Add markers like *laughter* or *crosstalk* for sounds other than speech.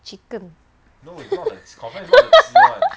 chicken *laughs*